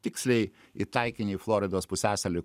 tiksliai į taikinį floridos pusiasalį